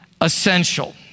essential